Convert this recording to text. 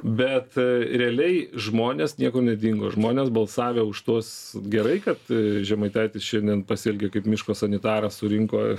bet realiai žmonės niekur nedingo žmonės balsavę už tuos gerai kad žemaitaitis šiandien pasielgė kaip miško sanitaras surinko